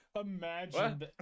imagine